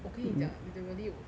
我跟你讲 literally